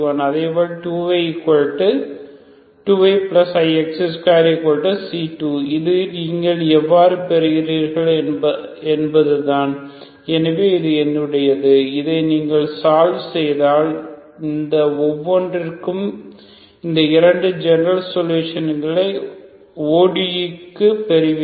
அதேபோல் 2yix2C2 இது நீங்கள் எவ்வாறு பெறுகிறீர்கள் என்பதுதான் எனவே இது என்னுடையது இதை நீங்கள் சால்வ் செய்தால் இந்த ஒவ்வொன்றிற்கும் இந்த இரண்டு ஜெனரல் சொலுசான்களை ODE களுக்கு பெறுவீர்கள்